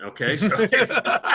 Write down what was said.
okay